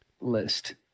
list